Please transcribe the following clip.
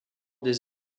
des